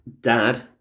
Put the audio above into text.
dad